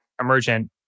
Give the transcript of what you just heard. emergent